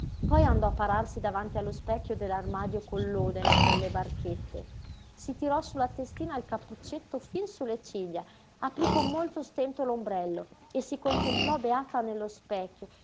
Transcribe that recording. poi andò a pararsi davanti allo specchio dell'armadio col loden e con le barchette si tirò sulla testina il cappuccetto fin su le ciglia aprí con molto stento l'ombrello e si contemplò beata nello specchio